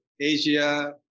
Asia